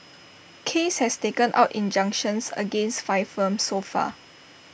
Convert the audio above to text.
case has taken out injunctions against five firms so far